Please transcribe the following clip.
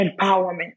Empowerment